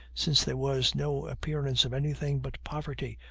since there was no appearance of anything but poverty,